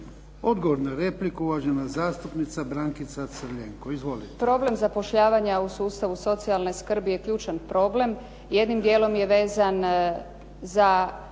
Odgovor na repliku, uvažena zastupnica Brankica Crljenko. Izvolite. **Crljenko, Brankica (SDP)** Problem zapošljavanja u sustavu socijalne skrbi je ključan problem. Jednim dijelom je vezan za